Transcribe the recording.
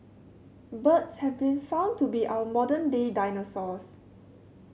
birds have been found to be our modern day dinosaurs